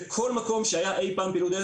בכל מקום שהיה אי פעם פעילות דלק,